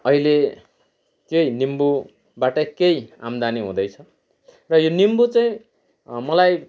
अहिले चाहिँ निम्बुबाटै केही आम्दानी हुँदैछ र यो निम्बु चाहिँ मलाई